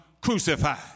crucified